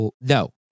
No